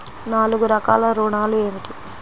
నాలుగు రకాల ఋణాలు ఏమిటీ?